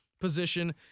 position